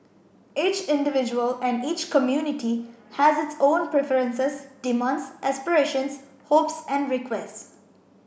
each individual and each community has its own preferences demands aspirations hopes and requests